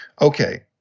Okay